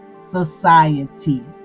society